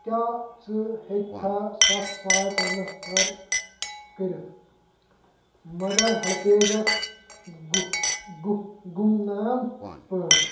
کیٛاہ ژٕ ہٮ۪کھا سَتھ ساس ٹرانسفر کٔرِتھ مَدر ہیٚلپیجَس گُ گُ گُمنام پٲٹھۍ